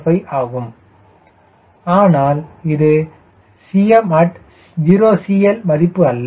05 ஆகும் ஆனால் இது at CL 0யின் மதிப்பு அல்ல